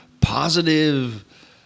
positive